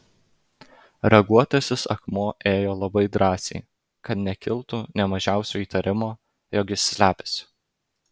raguotasis akmuo ėjo labai drąsiai kad nekiltų nė mažiausio įtarimo jog jis slepiasi